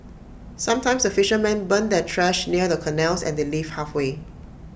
sometimes the fishermen burn their trash near the canals and they leave halfway